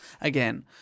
again